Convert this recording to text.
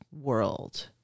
world